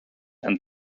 and